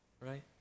Right